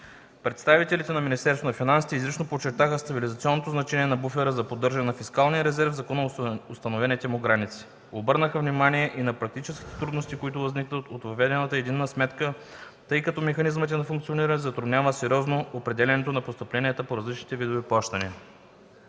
Представителите на Министерството на финансите изрично подчертаха стабилизационното значение на буфера за поддържане на фискалния резерв в законоустановените му граници. Обърнаха внимание и на практическите трудности, които възникват от въведената единна сметка, тъй като механизмът й на функциониране затруднява сериозно определянето на постъпленията по различните видове плащания.